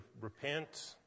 repent